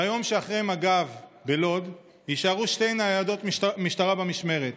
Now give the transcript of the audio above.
ביום שאחרי מג"ב בלוד נשארו שתי ניידות משטרה במשמרת.